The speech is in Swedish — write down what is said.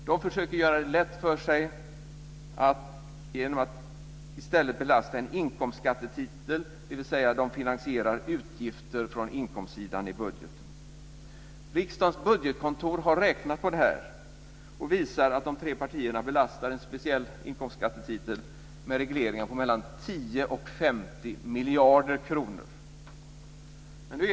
De försöker att göra det lätt för sig genom att i stället belasta en inkomstskattetitel - de finansierar utgifter från inkomstsidan i budgeten. Riksdagens budgetkontor har räknat på detta och visar att de tre partierna belastar en speciell inkomstskattetitel med regleringar på 10-50 miljarder kronor.